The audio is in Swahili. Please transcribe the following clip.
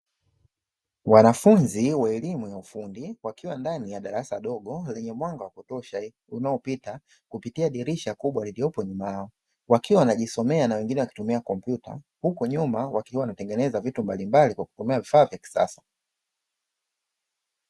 Wanafunzi wa elimu ya ufundi wakiwa ndani ya darasa dogo lenye mwanga wa kutosha unaopita kupitia dirisha kubwa liliopo nyuma yao, wakiwa wanajisomea na wengine wakitumia kompyuta huko nyuma wakiwa wanatengeneza vitu mbalimbali kwa kutumia vifaa vya kisasa.